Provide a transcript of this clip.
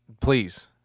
Please